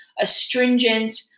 astringent